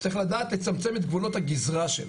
צריך לדעת לצמצם את גבולות הגזרה שלה.